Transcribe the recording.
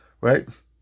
Right